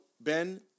Ben